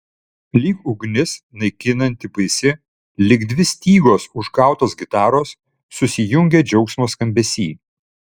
lyg ugnis naikinanti baisi lyg dvi stygos užgautos gitaros susijungę džiaugsmo skambesy